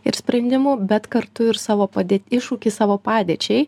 ir sprendimų bet kartu ir savo padėt iššūkį savo padėčiai